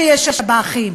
שיש שב"חים,